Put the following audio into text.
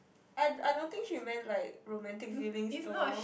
I I don't think she meant like romantic feelings though